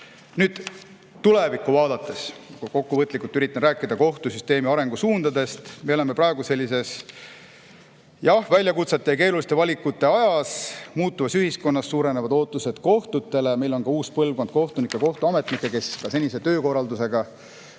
Nüüd, tulevikku vaadates ma üritan kokkuvõtlikult rääkida kohtusüsteemi arengusuundadest. Me oleme praegu väljakutsete ja keeruliste valikute ajas. Muutuvas ühiskonnas suurenevad ootused kohtutele. Meil on uus põlvkond kohtunikke ja kohtuametnikke, kes senise töökorraldusega